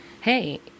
hey